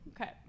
Okay